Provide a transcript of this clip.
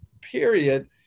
period